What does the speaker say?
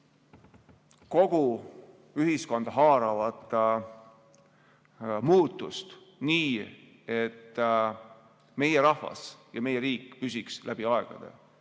kogu ühiskonda haaravat muutust nii, et meie rahvas ja riik püsiksid läbi aegade.